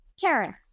Karen